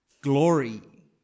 glory